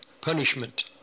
punishment